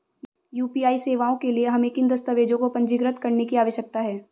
UPI सेवाओं के लिए हमें किन दस्तावेज़ों को पंजीकृत करने की आवश्यकता है?